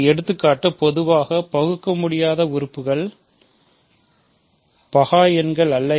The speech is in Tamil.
இந்த எடுத்துக்காட்டு பொதுவாக பகுக்கமுடியாத உறுப்புகள் பகா எண் அல்ல